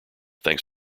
thanks